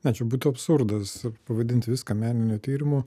na čia būtų absurdas pavadint viską meniniu tyrimu